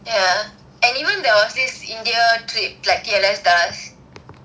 and even there was this year trip like T_L_S dance அறம்:aram